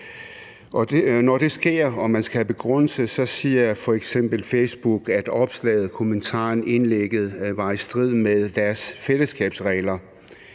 Når det sker og man skal have en begrundelse, siger f.eks. Facebook, at opslaget, kommentaren eller indlægget var i strid med deres fællesskabsregler,